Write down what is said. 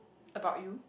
about you